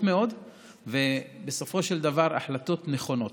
מאוד ובסופו של דבר החלטות נכונות.